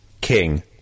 King